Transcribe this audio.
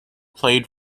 played